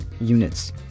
units